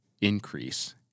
increase